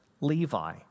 Levi